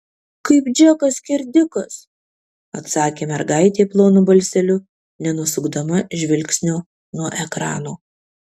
kaip džekas skerdikas atsakė mergaitė plonu balseliu nenusukdama žvilgsnio nuo ekrano